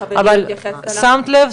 שחברי כאן התייחס אליו --- אבל שמת לב?